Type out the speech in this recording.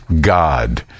God